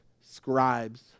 scribes